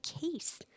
case